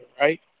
right